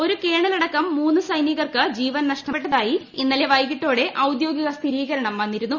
ഒരു കേണലടക്കം മൂന്നു സൈനികർക്ക് ജീവൻ നഷ്ടപ്പെട്ടതായി ഇന്നലെ വൈകിട്ടോടെ ഔദ്യോഗിക സ്ഥിരീകരണം വന്നിരുന്നു